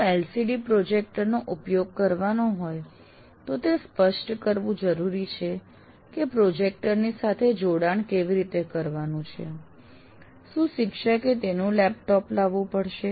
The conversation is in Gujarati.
જો LCD પ્રોજેક્ટર નો ઉપયોગ કરવાનો હોય તો તે સ્પષ્ટ કરવું જરૂરી છે કે પ્રોજેક્ટર ની સાથે જોડાણ કેવી રીતે કરવાનું છે શું શિક્ષકે તેનું લેપટોપ લાવવું પડશે